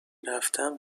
رفتم